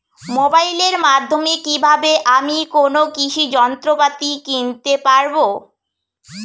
মোবাইলের মাধ্যমে কীভাবে আমি কোনো কৃষি যন্ত্রপাতি কিনতে পারবো?